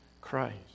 Christ